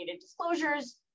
disclosures